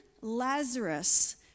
Lazarus